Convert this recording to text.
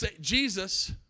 Jesus